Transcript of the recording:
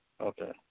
Okay